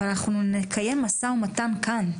ואנחנו נקיים משא ומתן כאן.